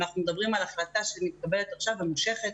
אנחנו מדברים על החלטה שמתקבלת עכשיו ונמשכת